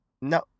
no